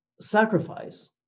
sacrifice